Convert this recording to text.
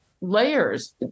layers